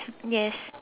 yes